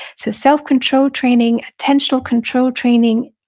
so self-control training, attentional control training,